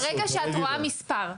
ברגע שאת רואה מספר,